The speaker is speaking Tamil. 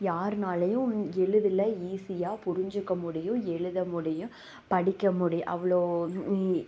யார்னாலையும் எளிதில் ஈஸியாக புரிஞ்சிக்க முடியும் எழுத முடியும் படிக்க முடியும் அவ்வளோ